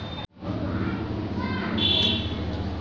वस्तु कर आय करौ र बाद दूसरौ नंबर पर आबै छै